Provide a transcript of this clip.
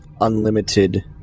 Unlimited